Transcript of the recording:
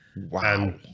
wow